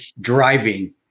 driving